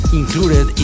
included